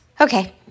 Okay